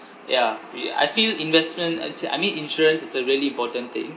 ya we I feel investment actually I mean insurance is a really important thing